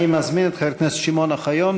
אני מזמין את חבר הכנסת שמעון אוחיון,